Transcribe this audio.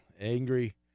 Angry